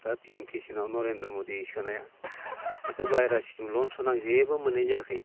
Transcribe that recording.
दा P M किसानाव नरेनद्र' मदि सोनाया बेथ' बाहेरा स्किम लन सन आं जेबो मोननाय जायाखै